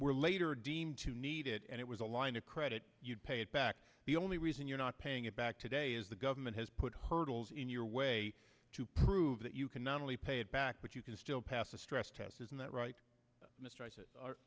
were later deemed to need it and it was a line of credit you'd pay it back the only reason you're not paying it back today is the government has put hurdles in your way to prove that you can not only pay it back but you can still pass a stress test isn't that right mr i said